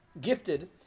gifted